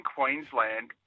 Queensland